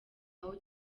aho